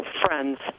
friends